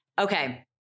okay